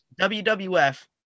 wwf